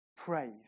Praise